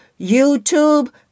YouTube